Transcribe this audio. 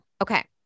Okay